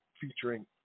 featuring